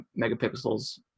megapixels